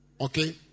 Okay